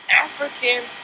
African